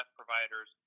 providers